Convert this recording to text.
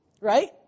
right